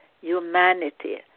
humanity